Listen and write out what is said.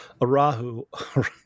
Arahu